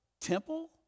temple